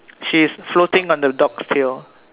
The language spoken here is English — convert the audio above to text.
she's floating on the dog's tail